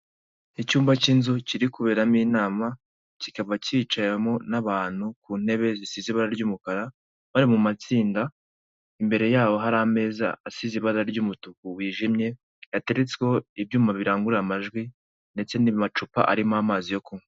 Icyumba cy'inzu kiri kuberamo inama, kikaba cyicayemo n'abantu ku ntebe zisize ibara ry'umukara bari mu matsinda, imbere yabo hari ameza asize ibara ry'umutuku wijimye, hateretsweho ibyuma birarangurura amajwi ndetse n'amacupa arimo amazi yo kunywa.